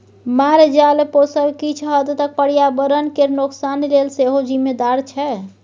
मालजाल पोसब किछ हद तक पर्यावरण केर नोकसान लेल सेहो जिम्मेदार छै